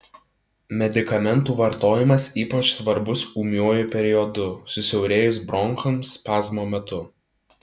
medikamentų vartojimas ypač svarbus ūmiuoju periodu susiaurėjus bronchams spazmo metu